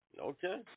Okay